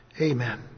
Amen